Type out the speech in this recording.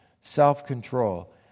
self-control